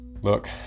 Look